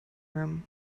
room